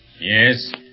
Yes